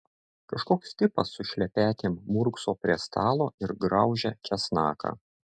kažkoks tipas su šlepetėm murkso prie stalo ir graužia česnaką